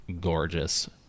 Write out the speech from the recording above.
gorgeous